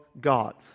God